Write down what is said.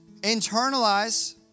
internalize